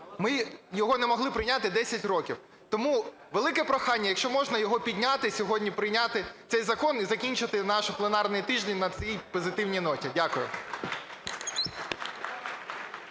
ми його не могли прийняти 10 років. Тому велике прохання, якщо можна, його підняти сьогодні і прийняти цей закон, і закінчити наш пленарний тиждень на цій позитивній ноті. Дякую.